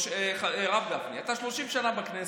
הרב גפני, אתה 30 שנה בכנסת,